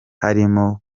harimo